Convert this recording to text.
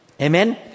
Amen